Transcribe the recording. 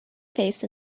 face